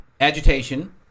agitation